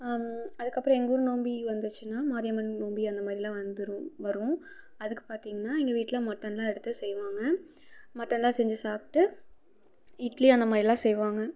அதுக்கப்புறம் எங்கள் ஊர் நோம்பு வந்துச்சின்னால் மாரியம்மன் நோம்பு அந்த மாதிரிலாம் வந்துடும் வரும் அதுக்கு பார்த்திங்னா எங்கள் வீட்டில் மட்டனெலாம் எடுத்து செய்வாங்க மட்டனெலாம் செஞ்சு சாப்பிட்டு இட்லி அந்த மாதிரிலாம் செய்வாங்க